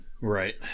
Right